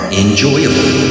enjoyable